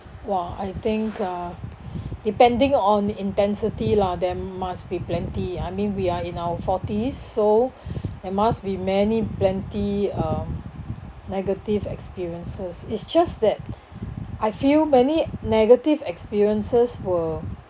!wah! I think uh depending on the intensity lah there must be plenty I mean we are in our forties so there must be many plenty um negative experiences is just that I feel many negative experiences were